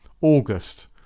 August